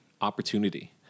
opportunity